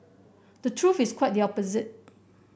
the truth is quite the opposite